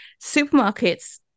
supermarkets